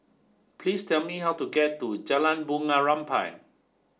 please tell me how to get to Jalan Bunga Rampai